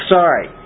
Sorry